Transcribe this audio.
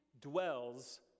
dwells